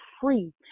free